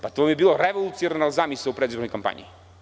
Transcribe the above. Pa to bi bila revolucionarna zamisao u predizbornoj kampanji.